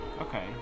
Okay